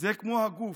זה כמו הגוף: